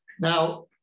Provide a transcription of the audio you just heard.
Now